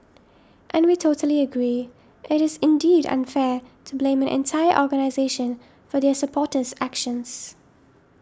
and we totally agree it is indeed unfair to blame an entire organisation for their supporters actions